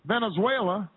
Venezuela